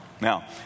Now